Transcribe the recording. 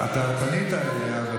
אתה פנית אליה ואתה פונה אליה.